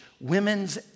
women's